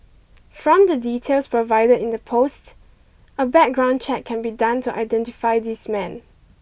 from the details provided in the post a background check can be done to identify this man